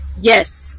Yes